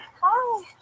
hi